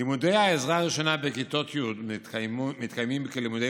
לימודי העזרה הראשונה בכיתות י' מתקיימים כלימודי